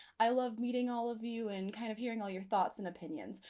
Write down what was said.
i love meeting all of you and kind of hearing all your thoughts and opinions!